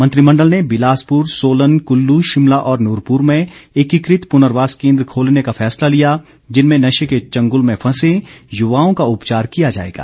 मंत्रिमंडल ने बिलासपर् सोलन कुल्लू शिमला और नूरपुर में एकीकृत पुनर्वास केन्द्र खोलने का फैसला लिया जिनमें नशे के चंगुल में फंसे युवाओं का उपचार किया जाएगा